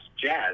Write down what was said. jazz